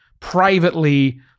privately